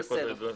בסוף.